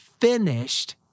finished